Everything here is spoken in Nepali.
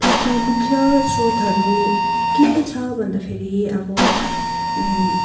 त्यसको मुख्य स्रोतहरू के के छ भन्दाखेरि अब